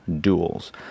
duels